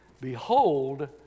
Behold